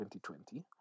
2020